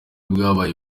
bwabaye